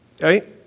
Right